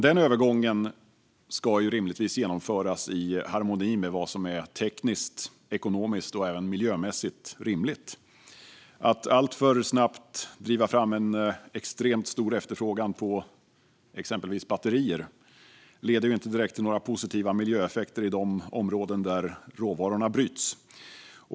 Denna övergång ska dock genomföras i harmoni med vad som är tekniskt, ekonomiskt och även miljömässigt rimligt. Att alltför snabbt driva fram en extremt stor efterfrågan på exempelvis batterier leder inte direkt till positiva miljöeffekter i de områden där råvarorna bryts.